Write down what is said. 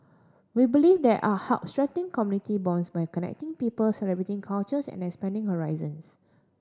we believe that art helps strengthen community bonds by connecting people celebrating cultures and expanding horizons